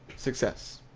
success.